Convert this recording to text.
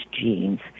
genes